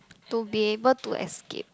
to be able to escape